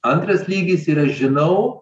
antras lygis yra žinau